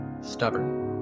stubborn